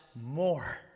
more